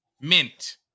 Mint